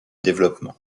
développement